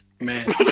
Man